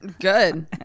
Good